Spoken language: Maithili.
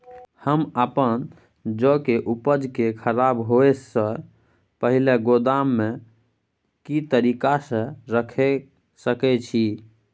हम अपन जौ के उपज के खराब होय सो पहिले गोदाम में के तरीका से रैख सके छी?